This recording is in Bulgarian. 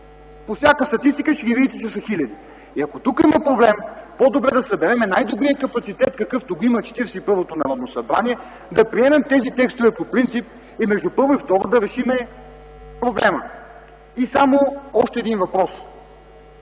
По всяка статистика ще ги видите, че са хиляди. Ако тук има проблем, по-добре да съберем най-добрия капацитет, какъвто има Четиридесет и първото Народно събрание, да приемем тези текстове по принцип и между първо и второ четене да решим проблема. Само още един въпрос.